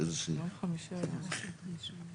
שיוצרים פה שני מסלולים,